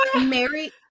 mary